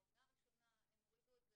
בעונה הראשונה הם הורידו את זה.